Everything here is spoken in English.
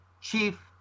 chief